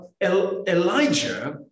Elijah